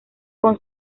con